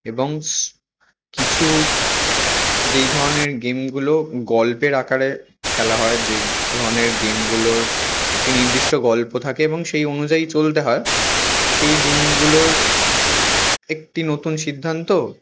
এবং স কিছু যেই ধরনের গেমগুলো গল্পের আকারে খেলা হয় যে ধরনের গেমগুলোর একটি নির্দিষ্ট গল্প থাকে এবং সেই অনুযায়ী চলতে হয় সেই গেমগুলোর একটি নতুন সিদ্ধান্ত